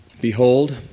Behold